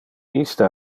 iste